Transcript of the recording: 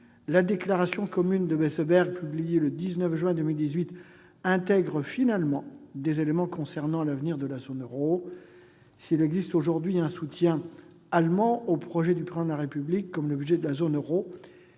la déclaration commune de Meseberg, publiée le 19 juin 2018, intègre finalement des éléments concernant l'avenir de la zone euro. S'il existe aujourd'hui un soutien allemand aux projets du Président de la République, comme le budget de la zone euro,